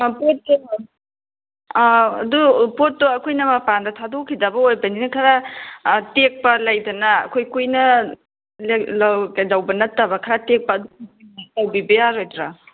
ꯑꯥ ꯄꯨꯠꯇꯨ ꯑꯗꯨ ꯄꯣꯠꯇꯨ ꯑꯩꯈꯣꯏꯅ ꯃꯄꯥꯜꯗ ꯊꯥꯗꯣꯛꯈꯤꯗꯕ ꯑꯣꯏꯕꯅꯤꯅ ꯈꯔ ꯇꯦꯛꯄ ꯂꯩꯗꯅ ꯑꯩꯈꯣꯏ ꯀꯨꯏꯅ ꯀꯩꯗꯧꯕ ꯅꯠꯇꯕ ꯈꯔ ꯇꯦꯛꯄ ꯑꯗꯨꯃꯥꯏꯅ ꯇꯧꯕꯤꯕ ꯌꯥꯔꯣꯏꯗ꯭ꯔꯥ